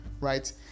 right